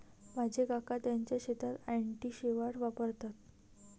माझे काका त्यांच्या शेतात अँटी शेवाळ वापरतात